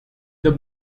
the